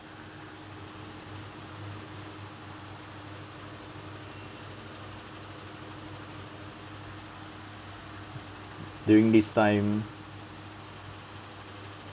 during this time